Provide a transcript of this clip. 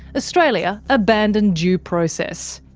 australia abandoned due process.